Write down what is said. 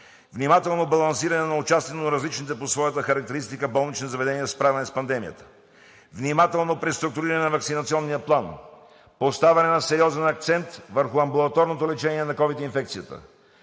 внимателно балансиране на участието на различните по своята характеристика болнични заведения за справяне с пандемията; внимателно преструктуриране на Ваксинационния план; поставяне на сериозен акцент върху амбулаторното лечение на ковид инфекцията;